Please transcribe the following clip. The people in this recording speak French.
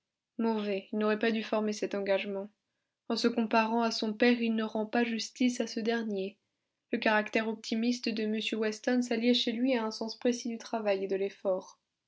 il n'aurait pas dû former cet engagement en se comparant à son père il ne rend pas justice à ce dernier le caractère optimiste de m weston s'alliait chez lui à un sens précis du travail et de l'effort